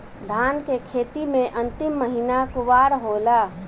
धान के खेती मे अन्तिम महीना कुवार होला?